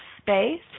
space